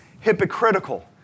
hypocritical